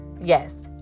Yes